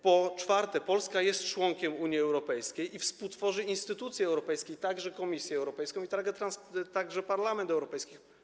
Po czwarte, Polska jest członkiem Unii Europejskiej i współtworzy instytucje europejskie, także Komisję Europejską i Parlament Europejski.